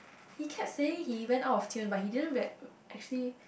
he kept saying he went out of tune but he didn't re~ actually